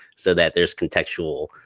so that there is contextual